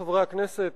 עמיתי חברי הכנסת,